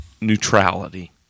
neutrality